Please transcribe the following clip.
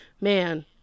man